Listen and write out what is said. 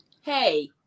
Hey